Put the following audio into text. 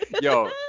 Yo